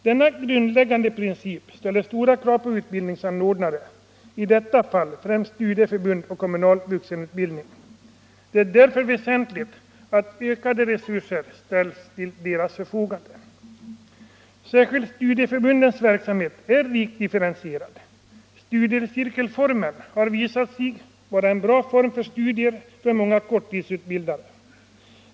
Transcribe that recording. Denna grundläggande princip ställer stora krav på utbildningsanordnare, i detta fall främst studieförbund och kommunal vuxenutbildning. Det är därför väsentligt att ökade resurser ställs till deras förfogande. Särskilt studieförbundens verksamhet är rikt differentierad. Studiecirkelformen har visat sig vara en bra form för studier för många korttidsutbildade.